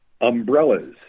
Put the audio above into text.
Umbrellas